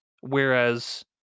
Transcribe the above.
whereas